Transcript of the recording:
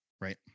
right